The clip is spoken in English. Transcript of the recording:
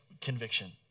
conviction